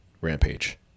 rampage